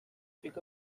pick